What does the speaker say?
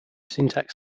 syntax